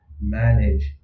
manage